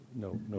no